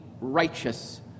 righteous